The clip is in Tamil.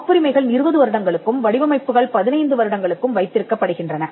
காப்புரிமைகள் 20 வருடங்களுக்கும் வடிவமைப்புகள் 15 வருடங்களுக்கும் வைத்திருக்கப் படுகின்றன